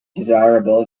desirable